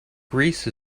greece